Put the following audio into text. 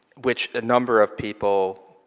which a number of people